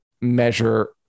measure